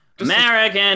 American